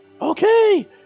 Okay